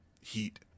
heat